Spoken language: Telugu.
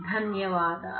ధన్యవాదాలు